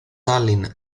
tallinn